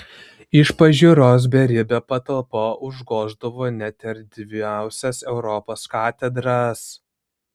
iš pažiūros beribė patalpa užgoždavo net erdviausias europos katedras